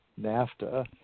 NAFTA